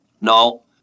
No